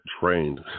trained